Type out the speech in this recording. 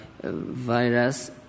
virus